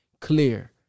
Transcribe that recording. clear